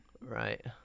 Right